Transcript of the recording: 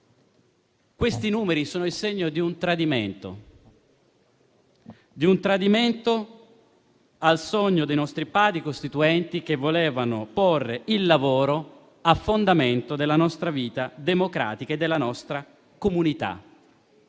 questi numeri sono il segno di un tradimento del sogno dei nostri Padri costituenti che volevano porre il lavoro a fondamento della nostra vita democratica e della nostra comunità.